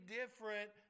different